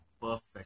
perfect